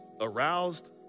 aroused